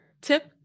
tip